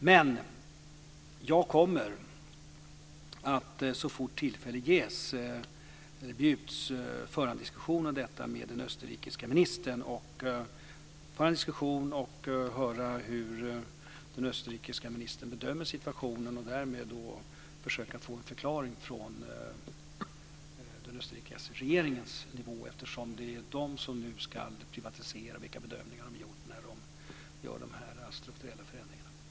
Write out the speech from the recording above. Men jag kommer att så fort tillfälle bjuds föra en diskussion om detta med den österrikiska ministern och höra hur den österrikiska ministern bedömer situationen och därmed försöka få en förklaring från den österrikiska regeringens nivå - det är den som nu ska privatisera - vilka bedömningar man har gjort när man gör de här strukturella förändringarna.